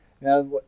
Now